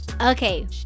Okay